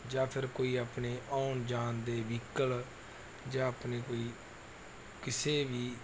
ਜਾਂ ਫਿਰ ਕੋਈ ਆਪਣੇ ਆਉਣ ਜਾਣ ਦੇ ਵਹੀਕਲ ਜਾਂ ਆਪਣੇ ਕੋਈ ਕਿਸੇ ਵੀ